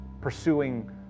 pursuing